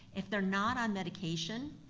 if they're not on medication,